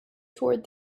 toward